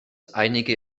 einige